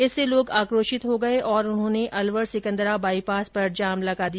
इससे लोग आक्रोशित हो गये और उन्होंने अलवर सिकंदरा बाईपास पर जाम लगा दिया